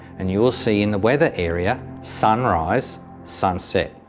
and you will see in the weather area sunrise sunset,